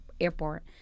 Airport